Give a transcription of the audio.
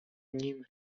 nim